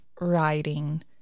writing